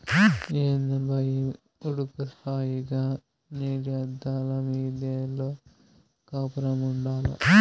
ఏందబ్బా ఈ ఉడుకు హాయిగా నీలి అద్దాల మిద్దెలో కాపురముండాల్ల